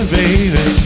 baby